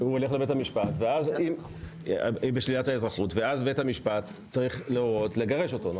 הוא הולך לבית המשפט ואז בית המשפט צריך להורות לגרש אותו.